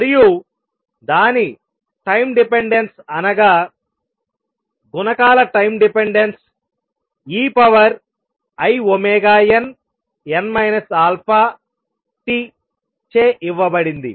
మరియు దాని time dependence అనగా గుణకాల టైం డిపెండెన్స్ einn αt చే ఇవ్వబడింది